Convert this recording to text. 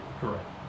correct